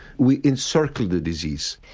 we encircle the disease.